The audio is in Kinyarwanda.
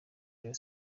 rayon